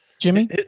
Jimmy